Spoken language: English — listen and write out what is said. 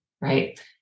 right